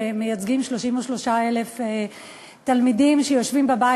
שמייצגים 33,000 תלמידים שיושבים בבית.